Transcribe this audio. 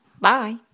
Bye